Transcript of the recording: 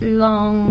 long